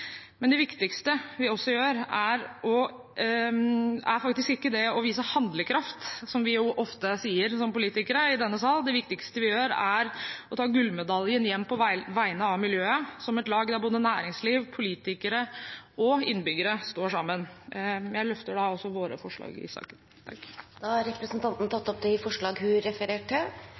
Men det viktigste vi også gjør, er faktisk ikke å vise handlekraft, som vi jo ofte sier som politikere i denne sal; det viktigste vi gjør, er å ta gullmedaljen hjem på vegne av miljøet – som et lag der både næringsliv, politikere og innbyggere står sammen. Jeg tar opp de forslagene Høyre sammen med andre partier står bak i saken. Representanten Westgaard-Halle har tatt opp de forslagene hun refererte til.